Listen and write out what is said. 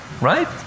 right